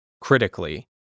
critically